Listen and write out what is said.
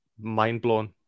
mind-blown